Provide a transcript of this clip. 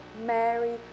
Mary